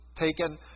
taken